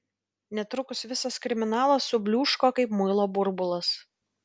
netrukus visas kriminalas subliūško kaip muilo burbulas